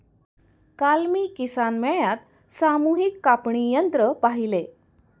काल मी किसान मेळ्यात सामूहिक कापणी यंत्र पाहिले